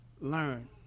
learn